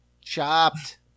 Chopped